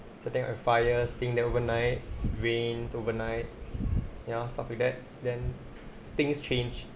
setting a fire staying there overnight rains overnight ya stuff with that then things changed